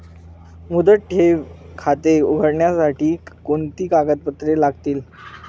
मुदत ठेव खाते उघडण्यासाठी कोणती कागदपत्रे लागतील?